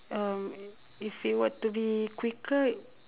uh if it were to be quicker